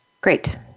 Great